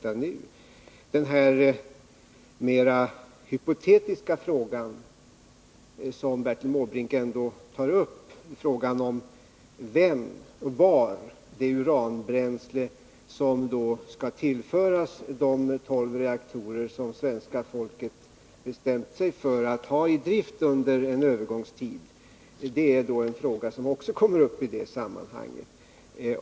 Bertil Måbrinks mera hypotetiska fråga var det uranbränsle skall hämtas som måste tillföras de tolv reaktorer som svenska folket bestämt sig för att ha i drift under en övergångstid är också ett spörsmål som kommer upp i det sammanhanget.